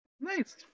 Nice